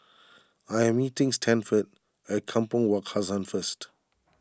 I am meeting Stanford at Kampong Wak Hassan first